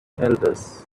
elders